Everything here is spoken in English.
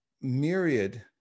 myriad